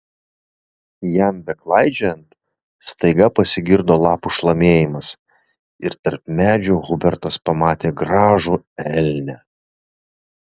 jam beklaidžiojant staiga pasigirdo lapų šlamėjimas ir tarp medžių hubertas pamatė gražų elnią